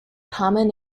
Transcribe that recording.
common